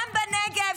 גם בנגב,